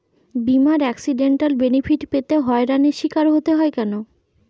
বিমার accidental benefit পেতে হয়রানির স্বীকার হতে হয় কেন?